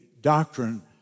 doctrine